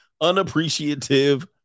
Unappreciative